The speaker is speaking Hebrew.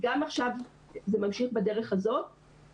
גם עכשיו זה ממשיך בדרך הזאת,